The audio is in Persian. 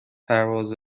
پرواز